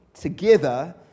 together